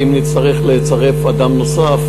ואם נצטרך לצרף אדם נוסף,